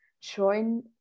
join